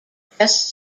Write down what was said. pressed